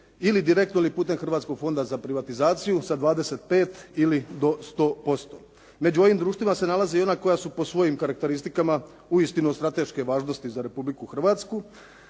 ili direktno ili putem Hrvatskog fonda za privatizaciju sa 25 ili do 100%. Među ovim društvima se nalaze i ona koja su po svojim karakteristikama uistinu od strateške važnosti za Republiku Hrvatsku,